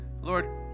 Lord